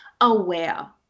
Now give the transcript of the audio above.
aware